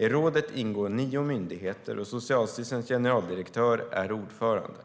I rådet ingår nio myndigheter, och Socialstyrelsens generaldirektör är ordförande.